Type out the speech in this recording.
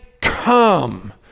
come